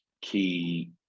key